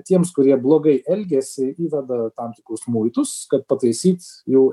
tiems kurie blogai elgiasi įveda tam tikrus muitus kad pataisyt jų